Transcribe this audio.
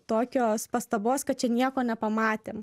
tokios pastabos kad čia nieko nepamatėm